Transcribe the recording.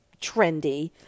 trendy